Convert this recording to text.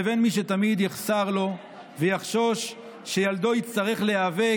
לבין מי שתמיד יחסר לו ויחשוש שילדו יצטרך להיאבק